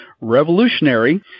Revolutionary